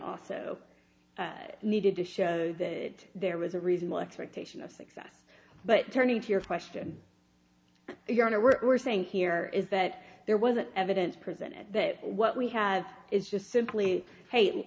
also needed to show that there was a reasonable expectation of success but turning to your question your honor we're are saying here is that there wasn't evidence presented that what we have is just simply